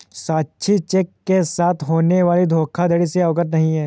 साक्षी cheque के साथ होने वाली धोखाधड़ी से अवगत नहीं है